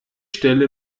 stelle